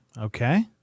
Okay